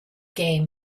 game